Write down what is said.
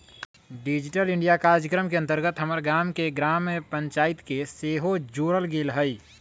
digital India काजक्रम के अंतर्गत हमर गाम के ग्राम पञ्चाइत के सेहो जोड़ल गेल हइ